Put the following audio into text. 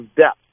depth